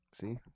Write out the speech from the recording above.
See